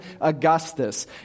Augustus